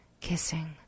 kissing